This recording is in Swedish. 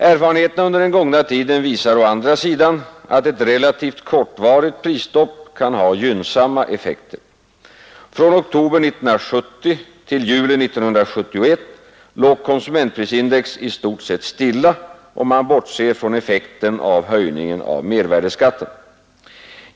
Erfarenheterna under den gångna tiden visar å andra sidan, att ett relativt kortvarigt prisstopp kan ha gynnsamma effekter. Från oktober 1970 till juli 1971 låg konsumentprisindex i stort sett stilla, om man bortser från effekten av höjningen av mervärdeskatten.